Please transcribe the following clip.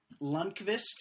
Lundqvist